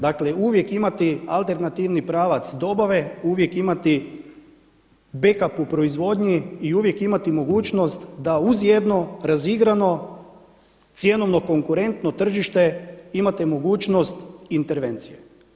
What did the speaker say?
Dakle, uvijek imati alternativni pravac dobave, uvijek imati back up u proizvodnji i uvijek imati mogućnost da uz jedno razigrano cjenovno konkurentno tržište imate mogućnost intervencije.